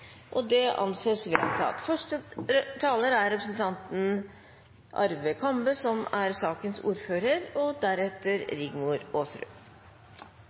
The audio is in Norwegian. – Det anses vedtatt. Første taler er Roy Steffensen, for sakens ordfører.